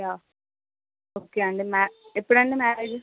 yeah okay అండీ ఎపుడండి marriage